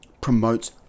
promotes